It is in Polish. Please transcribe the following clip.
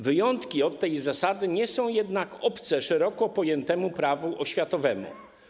Wyjątki od tej zasady nie są jednak obce szeroko pojętemu Prawu oświatowemu.